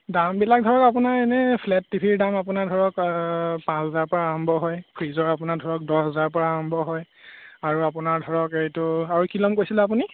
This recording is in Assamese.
দামবিলাক ধৰক আপোনাৰ এনেই ফ্লেট টিভিৰ দাম আপোনাৰ ধৰক পাঁচ হাজাৰৰ পৰা আৰম্ভ হয় ফ্ৰিজৰ আপোনাৰ ধৰক দহ হাজাৰৰ পৰা আৰম্ভ হয় আৰু আপোনাৰ ধৰক এইটো আৰু কি ল'ম কৈছিলে আপুনি